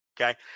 Okay